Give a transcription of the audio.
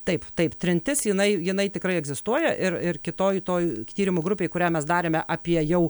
taip taip trintis jinai jinai tikrai egzistuoja ir ir kitoj toj tyrimų grupėj kurią mes darėme apie jau